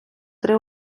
три